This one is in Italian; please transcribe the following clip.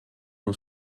uno